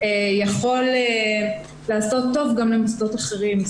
יכול לעשות טוב גם למוסדות אחרים.